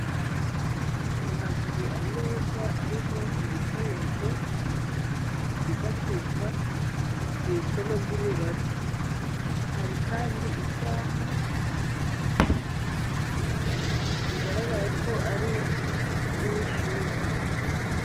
Aha hari ameza ariho ibikoresho byifashishwa mu isomo ry'imibare, hari kandi isaaha, bigaragara ko ari mu ishuri.